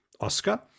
Oscar